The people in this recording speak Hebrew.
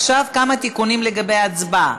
עכשיו כמה תיקונים לגבי ההצבעה: